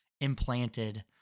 implanted